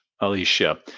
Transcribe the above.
Alicia